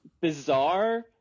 bizarre